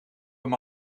hem